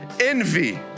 envy